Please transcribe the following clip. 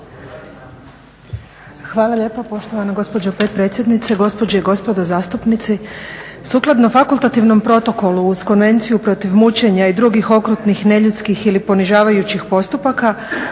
Hvala lijepo poštovana gospođo potpredsjednice, gospođe i gospodo zastupnici. Sukladno fakultativnom protokolu uz konvenciju protiv mučenja i drugih okrutnih neljudskih ili ponižavajućih postupaka